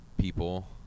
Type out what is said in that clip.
people